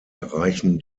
erreichen